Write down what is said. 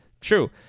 True